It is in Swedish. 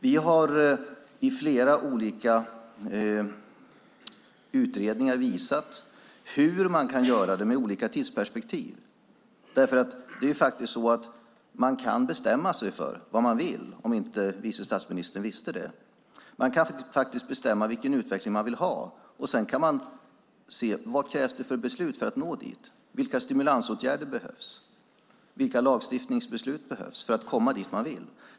Vi har i flera olika utredningar visat hur man kan göra det med olika tidsperspektiv. Man kan faktiskt bestämma sig för vad man vill, om vice statsministern inte visste det. Man kan faktiskt bestämma vilken utveckling man vill ha, och sedan kan man se: Vilka beslut krävs för att nå dit? Vilka stimulansåtgärder behövs? Vilka lagstiftningsbeslut behövs för att komma dit man vill?